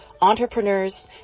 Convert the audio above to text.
entrepreneurs